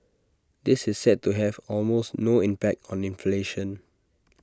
this is set to have almost no impact on inflation